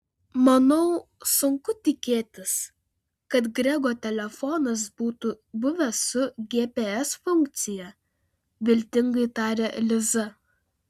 manau sunku tikėtis kad grego telefonas būtų buvęs su gps funkcija viltingai tarė liza